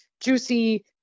juicy